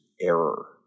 error